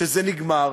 שזה נגמר,